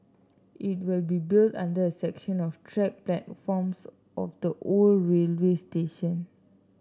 it will be built under a section of track platforms of the old railway station